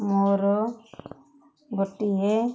ମୋର ଗୋଟିଏ